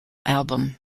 album